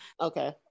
okay